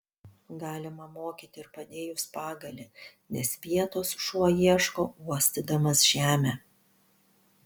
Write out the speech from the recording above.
galima mokyti ir padėjus pagalį nes vietos šuo ieško uostydamas žemę